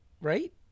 right